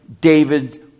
David